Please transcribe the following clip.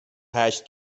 هشت